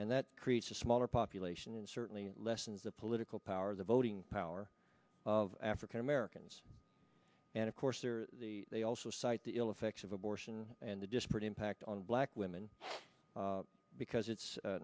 and that creates a smaller population and certainly lessens the political power of the voting power of african americans and of course are the they also cite the ill effects of abortion and the disparate impact on black women because it's